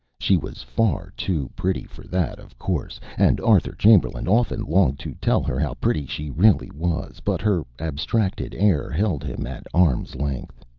she was far too pretty for that, of course, and arthur chamberlain often longed to tell her how pretty she really was, but her abstracted air held him at arms' length.